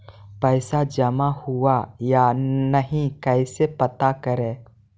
पैसा जमा हुआ या नही कैसे पता करे?